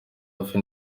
hafi